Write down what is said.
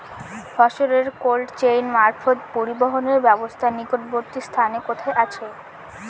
ফসলের cold chain মারফত পরিবহনের ব্যাবস্থা নিকটবর্তী স্থানে কোথায় আছে?